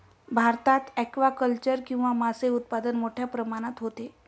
भारतात ॲक्वाकल्चर किंवा मासे उत्पादन मोठ्या प्रमाणात होते